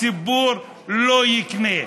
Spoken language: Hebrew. הציבור לא יקנה.